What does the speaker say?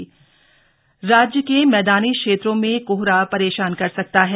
मौसम राज्य के मैदानी क्षेत्रों में कोहरा परेशान कर सकता है